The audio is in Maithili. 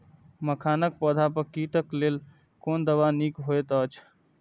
मखानक पौधा पर कीटक लेल कोन दवा निक होयत अछि?